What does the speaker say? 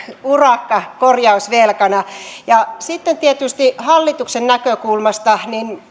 urakka korjausvelkana ja sitten tietysti hallituksen näkökulmasta